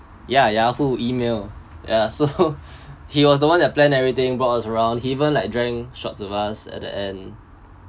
ya yahoo email ya so he was the one that planned everything brought us around he even like drank shots with us at the end